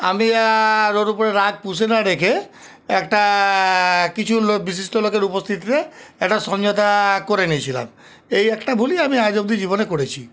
আমি আর ওর ওপরে রাগ পুষে না রেখে একটা কিছু লোক বিশিষ্ট লোকের উপস্থিতিতে একটা সমঝোতা করে নিয়েছিলাম এই একটা ভুলই আমি আজ অবধি জীবনে করেছি